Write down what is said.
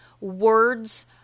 Words